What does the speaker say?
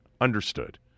Understood